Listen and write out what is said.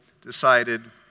decided